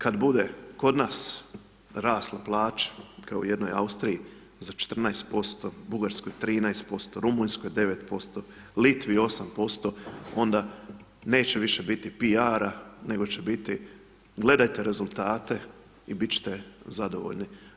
Kad bude kod nas rasla plaća kao u jednoj Austriji za 14%, Bugarskoj 13%, Rumunjskoj 9%, Litvi 8%, onda neće više biti piara, nego će biti gledajte rezultate i biti ćete zadovoljni.